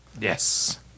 Yes